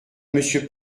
monsieur